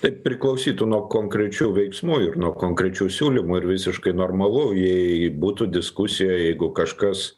tai priklausytų nuo konkrečių veiksmų ir nuo konkrečių siūlymų ir visiškai normalu jei būtų diskusija jeigu kažkas